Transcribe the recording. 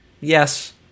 Yes